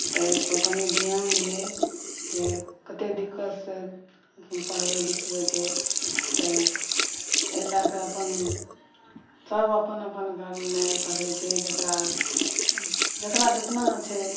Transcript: तऽ एहिपर कनी ध्यान दियै जे कतेक दिक्कतसँ पढ़बैत लिखबैत छै तऽ एहि लए कऽ अपनसभ अपन अपन घरमे पढ़ैत छै जकरा जितनामे छै